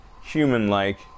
human-like